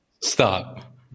Stop